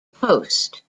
post